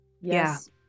Yes